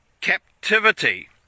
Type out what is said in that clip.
captivity